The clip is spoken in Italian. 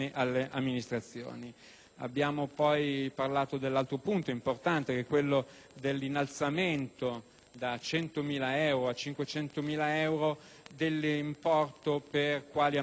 Abbiamo poi parlato dell'altro punto importante, ossia l'innalzamento da 100.000 euro a 500.000 euro dell'importo per i lavori ammessi alla trattativa privata,